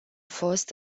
fost